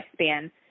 lifespan